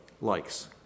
likes